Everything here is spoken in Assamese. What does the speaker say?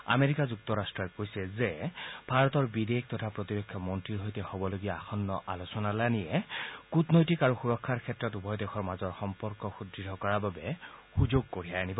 আমেৰিকা যুক্তৰাট্টই কৈছে যে ভাৰতৰ বিদেশ তথা প্ৰতিৰক্ষা মন্ত্ৰীৰ সৈতে হ'বলগীয়া আসন্ন আলোচনালানিয়ে কূটনৈতিক আৰু সুৰক্ষা ক্ষেত্ৰত উভয় দেশৰ মাজৰ সম্পৰ্ক সুদৃঢ় কৰাৰ বাবে সুযোগ কঢ়িয়াই আনিব